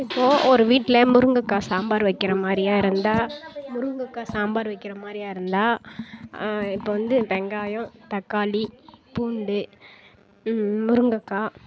இப்போ ஒரு வீட்டில் முருங்கக்காய் சாம்பார் வைக்கிற மாதிரியா இருந்தால் முருங்கக்காய் சாம்பார் வைக்கிற மாதிரியா இருந்தால் இப்போ வந்து வெங்காயம் தக்காளி பூண்டு முருங்கக்காய்